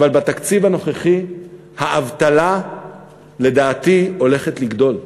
אבל בתקציב הנוכחי האבטלה לדעתי הולכת לגדול.